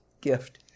gift